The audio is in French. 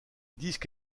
disque